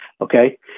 Okay